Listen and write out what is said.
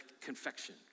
confection